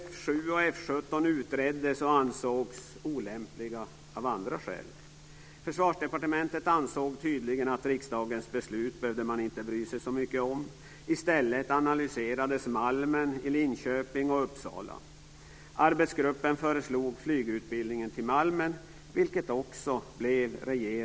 F 7 och F 17 utreddes och ansågs olämpliga av andra skäl. Försvarsdepartementet ansåg tydligen att riksdagens beslut behövde man inte bry sig så mycket om. I stället analyserades Malmen i Linköping och Fru talman!